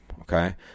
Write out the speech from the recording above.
Okay